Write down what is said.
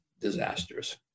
disasters